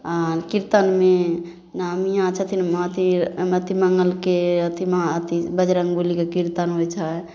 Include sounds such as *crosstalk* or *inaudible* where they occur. आओर किरतनमे जेना *unintelligible* छथिन अथी अथी मंगलके अथी बजरङ्गबलीके किरतनमे छै